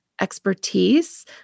expertise